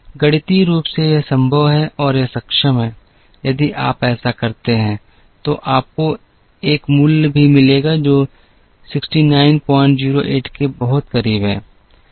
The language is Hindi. गणितीय रूप से यह संभव है और यह सक्षम है यदि आप ऐसा करते हैं तो आपको एक मूल्य भी मिलेगा जो 6908 के बहुत करीब है